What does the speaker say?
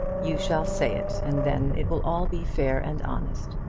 you shall say it, and then it will all be fair and honest.